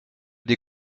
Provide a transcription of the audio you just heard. des